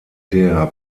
der